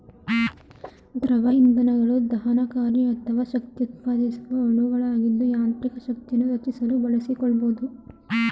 ದ್ರವ ಇಂಧನಗಳು ದಹನಕಾರಿ ಅಥವಾ ಶಕ್ತಿಉತ್ಪಾದಿಸುವ ಅಣುಗಳಾಗಿದ್ದು ಯಾಂತ್ರಿಕ ಶಕ್ತಿಯನ್ನು ರಚಿಸಲು ಬಳಸಿಕೊಳ್ಬೋದು